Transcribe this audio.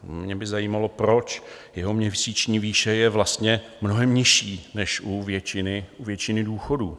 Mě by zajímalo, proč jeho měsíční výše je vlastně mnohem nižší než u většiny důchodů.